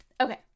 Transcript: Okay